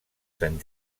sant